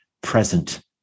present